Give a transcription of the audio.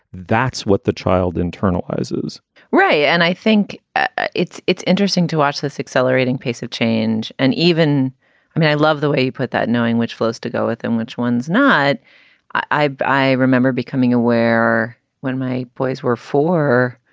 that's what the child internalizes right. and i think ah it's it's interesting to watch this accelerating pace of change. and even i mean, i love the way you put that, knowing which flows to go with and which ones not i remember becoming aware when my boys were four,